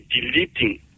deleting